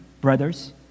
brothers